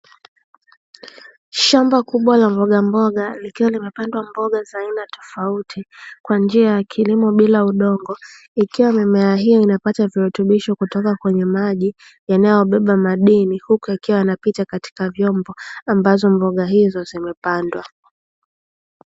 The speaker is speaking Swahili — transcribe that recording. Shamba kubwa la mbogamboga, likiwa limepandwa mboga za aina tofauti kwa njia ya kilimo bila udongo, ikiwa mimea hii inapata virutubisho kutoka kwenye maji yanayobeba madini, huku yakiwa yanapita katika vyombo, ambavyo mboga hizo zimepandwa.